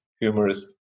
humorous